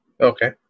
Okay